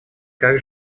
как